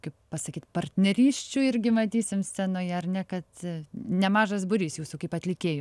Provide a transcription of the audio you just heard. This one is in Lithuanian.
kaip pasakyt partnerysčių irgi matysim scenoje ar ne kad nemažas būrys jūsų kaip atlikėjų